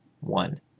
one